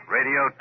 Radio